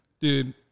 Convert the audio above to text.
Dude